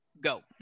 go